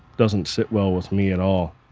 doesn't sit well with me at all.